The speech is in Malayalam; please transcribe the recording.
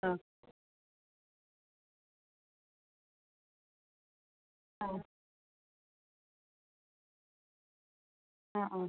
ആ ആ ആ ആ